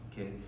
okay